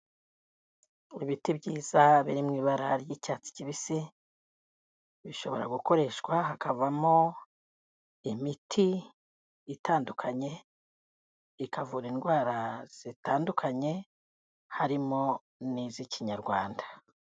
Ibiti byiza biri mu ibara ry'icyatsi kibisi bishobora gukoreshwa hakavamo imiti itandukanye ikavura indwara zitandukanye harimo n'iz'ikinyarwanda.